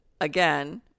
again